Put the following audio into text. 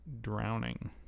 drowning